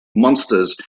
monsters